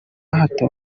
hato